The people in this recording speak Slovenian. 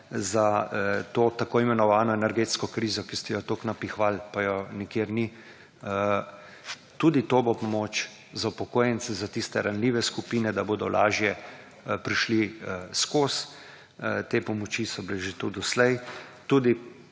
za to t.i. energetsko krizo, ki ste jo toliko napihovali, pa je nikjer ni, tudi to bo pomoč za upokojence, za tiste ranljive skupine, da bodo lažje prišli skozi. Te pomoči so bile tudi že doslej. Tudi